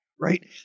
right